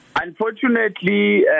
Unfortunately